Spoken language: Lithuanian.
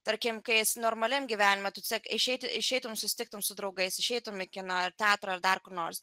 tarkim kai esi normaliam gyvenime tu tiesiog išeiti išeitum susitiktum su draugais išeitum į kiną teatrą ar dar kur nors